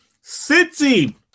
City